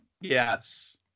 Yes